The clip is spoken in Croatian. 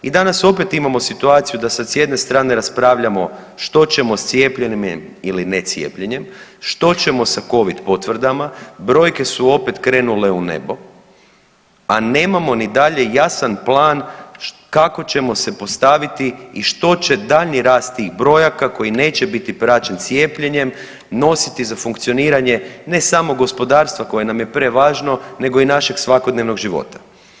I danas opet imamo situaciju da sad s jedne strane raspravljamo što ćemo s cijepljenjem ili necijepljenjem, što ćemo sa Covid potvrdama, brojke su opet krenule u nebo, a nemamo ni dalje jasan plan kako ćemo se postaviti i što će daljnji rast tih brojaka koji neće biti praćen cijepljenjem nositi za funkcioniranje, ne samo gospodarstva koje nam je prevažno, nego i našeg svakodnevnog života.